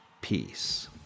peace